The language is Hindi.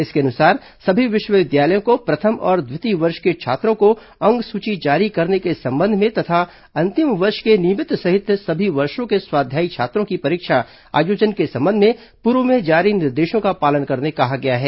इसके अनुसार सभी विश्वविद्यालयों को प्रथम और द्वितीय वर्ष के छात्रों को अंकसूची जारी करने के संबंध में तथा अंतिम वर्ष के नियमित सहित सभी वर्षो के स्वाध्यायी छात्रों की परीक्षा आयोजन के संबंध में पूर्व में जारी निर्देश का पालन करने कहा गया है